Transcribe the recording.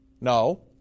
No